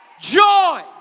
joy